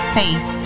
faith